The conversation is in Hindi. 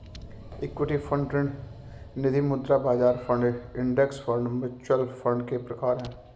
इक्विटी फंड ऋण निधिमुद्रा बाजार fund index fund mutual fund के प्रकार हैं